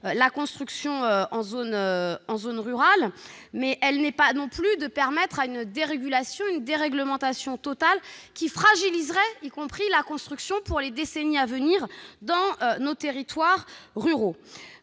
la construction en zone rurale ; en revanche, nous ne voulons pas permettre une dérégulation et une déréglementation totales qui fragiliseraient la construction pour les décennies à venir dans nos territoires ruraux.